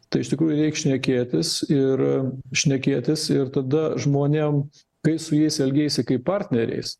tai iš tikrųjų reik šnekėtis ir šnekėtis ir tada žmonėm kai su jais elgiesi kaip partneriais